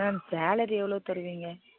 ma'am salary எவ்வளோ தருவீங்க